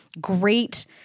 great